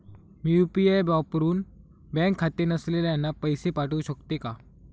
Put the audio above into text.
मी UPI वापरुन bank खाते नसलेल्यांना पैसे पाठवू शकते का?